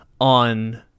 on